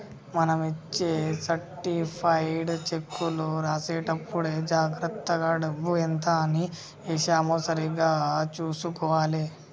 మనం ఇచ్చే సర్టిఫైడ్ చెక్కులో రాసేటప్పుడే జాగర్తగా డబ్బు ఎంత అని ఏశామో సరిగ్గా చుసుకోవాలే